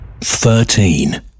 Thirteen